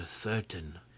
certain